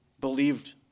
believed